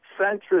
centrist